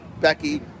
Becky